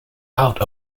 out